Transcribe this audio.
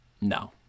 No